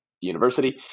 university